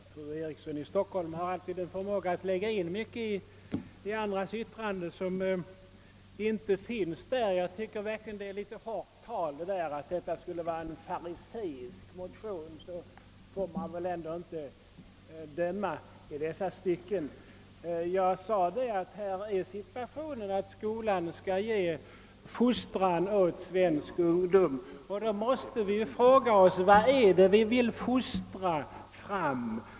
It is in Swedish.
Herr talman! Fru Eriksson i Stockholm har en förmåga att lägga in mycket i andras yttranden som inte finns där. Jag anser verkligen att det är ett hårt tal att säga att motionen skulle vara fariseisk. Så får man väl inte döma. Jag sade att skolan skall ge fostran åt svensk ungdom. Men vad är det vi fostrar fram?